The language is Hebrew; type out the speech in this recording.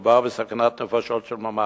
מדובר בסכנת נפשות של ממש.